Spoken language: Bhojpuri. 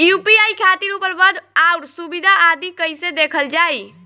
यू.पी.आई खातिर उपलब्ध आउर सुविधा आदि कइसे देखल जाइ?